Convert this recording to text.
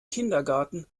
kindergarten